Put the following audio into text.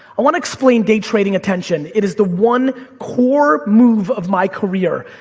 i wanna explain day trading attention, it is the one core move of my career.